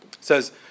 says